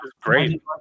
Great